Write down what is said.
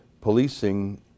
Policing